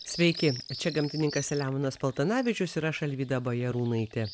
sveiki čia gamtininkas selemonas paltanavičius ir aš alvyda bajarūnaitė